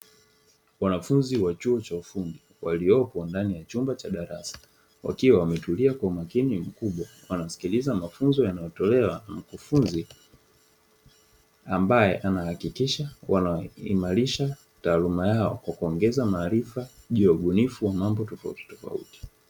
Wanafunzi wa chuo cha ufundi waliopo ndani ya chumba cha darasa, wakiwa wametulia kwa umakini mkubwa. Wanasikiliza mafunzo yanayotolewa na mkufunzi; ambaye anahakikisha wanaimarisha taaluma yao, kwa kuongeza maarifa juu ya ubunifu wa mambo tofautitofauti.